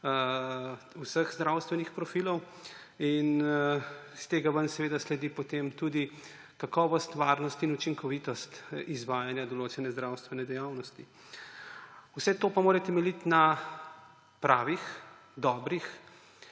vseh zdravstvenih profilov. Iz tega ven seveda sledi potem tudi kakovost, varnost in učinkovitost izvajanja določene zdravstvene dejavnosti. Vse to pa mora temeljiti na pravih dobrih